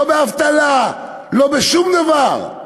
לא באבטלה, לא בשום דבר,